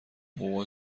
حقوق